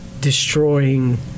destroying